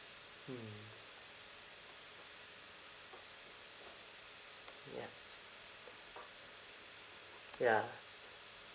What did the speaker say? mm ya ya